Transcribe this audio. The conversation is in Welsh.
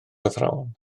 athrawon